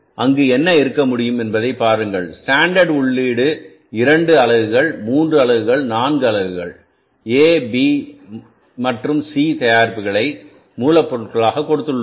அங்கு என்ன இருக்க முடியும் என்பதைப் பாருங்கள் ஸ்டாண்டர்ட் உள்ளீடு 2 அலகுகள் 3 அலகுகள் 4 அலகுகள் A B மற்றும் C தயாரிப்புகளை மூலப்பொருட்களாகக் கொடுத்துள்ளோம்